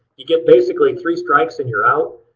you get basically three strikes and you're out.